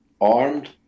armed